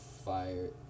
fire